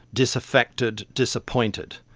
disaffected, disappointed,